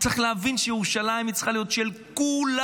צריך להבין שירושלים צריכה להיות של כולנו.